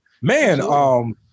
Man